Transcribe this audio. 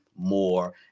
more